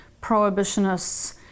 prohibitionists